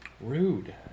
Rude